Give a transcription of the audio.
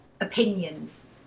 opinions